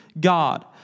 God